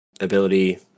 ability